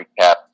recap